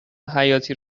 حیاتی